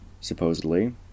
Supposedly